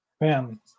Man